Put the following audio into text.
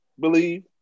believe